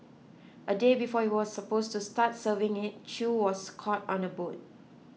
a day before he was supposed to start serving it Chew was caught on a boat